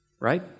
right